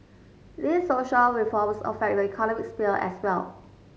these social reforms affect the economic sphere as well